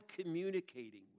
communicating